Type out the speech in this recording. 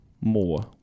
More